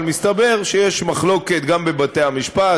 אבל מסתבר שיש מחלוקת גם בבתי-המשפט,